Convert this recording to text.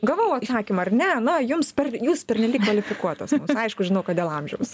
gavau atsakymą ar ne na jums jūs pernelyg kvalifikuotas aišku žinau kad dėl amžiaus